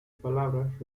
palabras